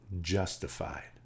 justified